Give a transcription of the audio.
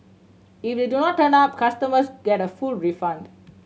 if they do not turn up customers get a full refund